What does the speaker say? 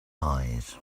eyes